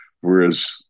Whereas